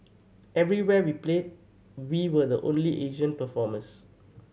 everywhere we played we were the only Asian performers